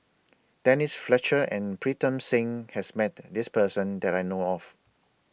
Denise Fletcher and Pritam Singh has Met This Person that I know of